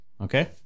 Okay